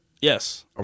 Yes